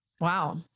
Wow